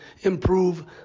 improve